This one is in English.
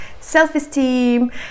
self-esteem